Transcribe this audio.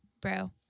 bro